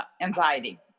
anxiety